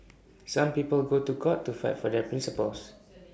some people go to court to fight for their principles